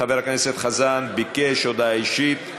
חבר הכנסת חזן ביקש הודעה אישית.